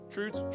Truth